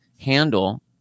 handle